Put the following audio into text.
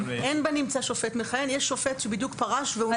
אין בנמצא שופט מכהן אלא יש שופט שבדיוק פרש.